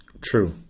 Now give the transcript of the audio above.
True